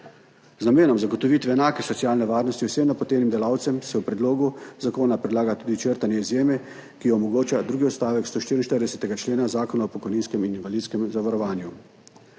Z namenom zagotovitve enake socialne varnosti vsem napotenim delavcem se v predlogu zakona predlaga tudi črtanje izjeme, ki jo omogoča drugi odstavek 144. člena Zakona o pokojninskem in invalidskem zavarovanju.